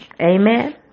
Amen